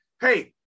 Hey